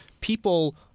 People